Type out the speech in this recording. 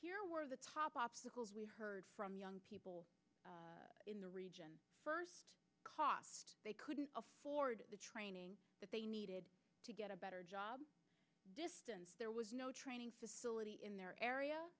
here were the top obstacles we heard from young people in the region first because they couldn't afford the training that they needed to get a better job distance there was no training facility in their area